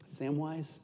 Samwise